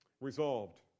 Resolved